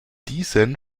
diesen